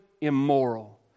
immoral